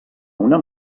una